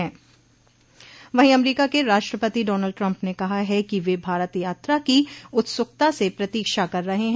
वहीं अमरीका के राष्ट्रपति डॉनल्ड ट्रम्प ने कहा है कि वे भारत यात्रा की उत्स्कता से प्रतीक्षा कर रहे हैं